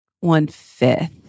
one-fifth